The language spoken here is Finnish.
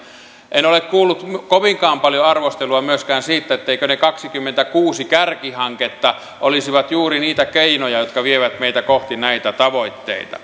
en ole kuullut kovinkaan paljon arvostelua myöskään siitä etteivätkö ne kaksikymmentäkuusi kärkihanketta olisi juuri niitä keinoja jotka vievät meitä kohti näitä tavoitteita